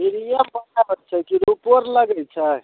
फ्रियेमे छै की रुपैओ आर लगय छै